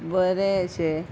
बरे अशे